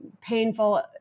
painful